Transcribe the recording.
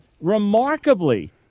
remarkably